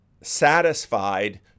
satisfied